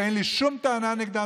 אין לי שום טענה נגדם,